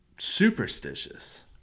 Superstitious